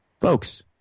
Folks